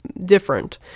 different